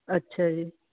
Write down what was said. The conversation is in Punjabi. ਅੱਛਾ ਜੀ